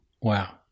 Wow